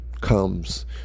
comes